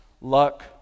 luck